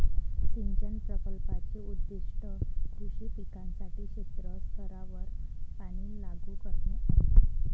सिंचन प्रकल्पाचे उद्दीष्ट कृषी पिकांसाठी क्षेत्र स्तरावर पाणी लागू करणे आहे